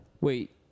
Wait